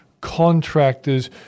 contractors